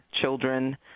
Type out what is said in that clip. children